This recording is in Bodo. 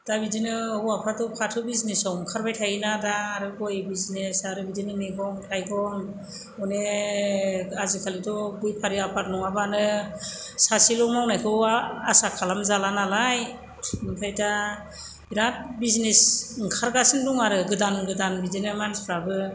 दा बिदिनो होवाफ्राथ' फाथो बिजिनेस आव ओंखारबाय थायोना दा आरो गय बिजिनेस आरो बिदिनो मैगं थाइगं अनेख आजिखालिथ' बेफारि आबाद नङाबानो सासेल' मावनायखौ आसा खालामजाला नालाय ओमफ्राय दा बिराथ बिजिनेस ओंखार गासिनो दं आरो गोदान गोदान बिदिनो मानसिफ्राबो